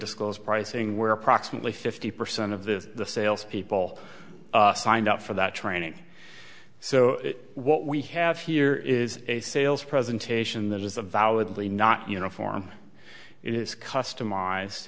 disclose pricing where approximately fifty percent of the sales people signed up for that training so what we have here is a sales presentation that is a validly not uniform it is customize